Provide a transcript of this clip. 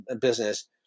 business